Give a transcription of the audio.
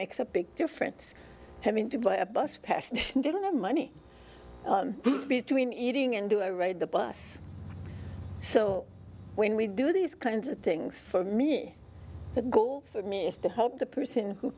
makes a big difference having to buy a bus pass and didn't have money between eating and do i ride the bus so when we do these kinds of things for me the goal for me is to help the person who